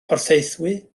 porthaethwy